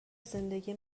زندگی